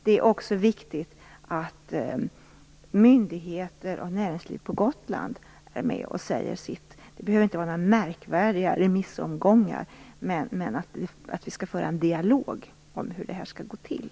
Det är också viktigt att myndigheter och näringsliv på Gotland är med och säger sitt. Det behöver inte vara några märkvärdiga remissomgångar, men vi behöver föra en dialog om hur det här skall gå till.